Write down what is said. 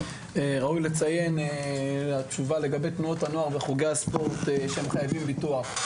תנועות הנוער וחוגי הספורט חייבים ביטוח.